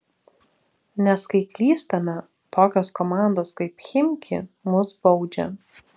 nes kai klystame tokios komandos kaip chimki mus baudžia